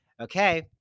Okay